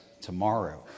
tomorrow